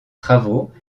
travaux